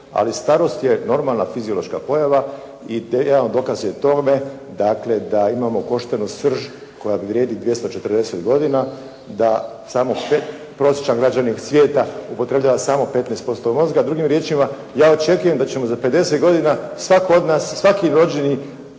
ali starost je normalna fiziološka pojava, evo dokaz je tome dakle da imamo koštanu srž koja vrijedi 240 godina, da samo prosječan građanin svijeta upotrebljava samo 15% mozga. Drugim riječima ja očekujem da ćemo za 50 godina svatko od nas, svaka rođena